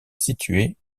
située